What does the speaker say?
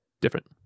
different